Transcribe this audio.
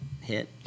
hit